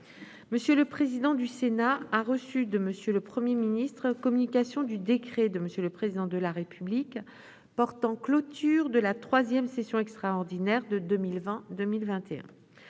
M. le président du Sénat a reçu de M. le Premier ministre communication du décret de M. le Président de la République portant clôture de la troisième session extraordinaire de 2020-2021.